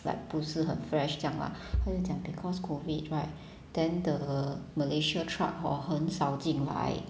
like 不是很 fresh 这样 lah 他就讲 because COVID right the malaysia truck hor 很少进来